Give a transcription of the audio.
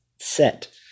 set